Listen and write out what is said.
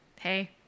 hey